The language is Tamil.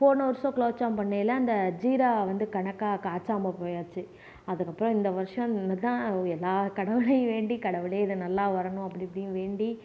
போன வருஷம் குலோப்ஜாம் பண்ணயில அந்த ஜீரா வந்து கணக்காக காச்சாம போயாச்சு அதுக்கப்பறோம் இந்த வருஷம் எல்லா கடவுளையும் வேண்டி கடவுளே இது நல்லா வரணும் அப்படி இப்படின்னு வேண்டி